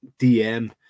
DM